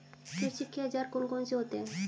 कृषि के औजार कौन कौन से होते हैं?